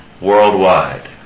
worldwide